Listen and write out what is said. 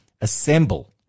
assemble